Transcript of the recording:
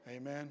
Amen